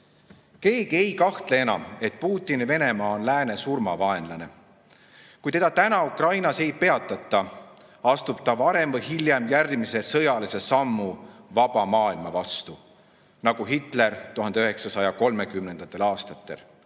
Keegi ei kahtle enam, et Putini Venemaa on lääne surmavaenlane. Kui teda nüüd Ukrainas ei peatata, astub ta varem või hiljem järgmise sõjalise sammu vaba maailma vastu, nagu tegi Hitler 1930. aastatel.